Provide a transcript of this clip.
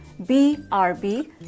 B-R-B